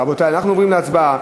רבותי, אנחנו עוברים להצבעה